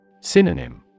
Synonym